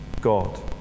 God